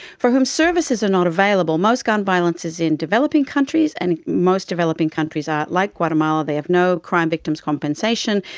for whom services are not available. most gun violence is in developing countries, and most developing countries are, like guatemala, they have no crime victims compensation,